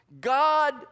God